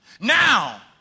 Now